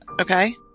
okay